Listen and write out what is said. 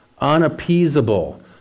unappeasable